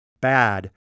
bad